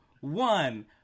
one